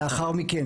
לאחר מכן,